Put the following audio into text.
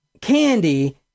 Candy